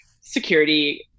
security